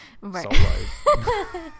right